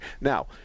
Now